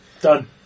Done